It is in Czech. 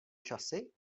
časy